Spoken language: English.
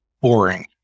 boring